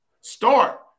start